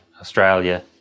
Australia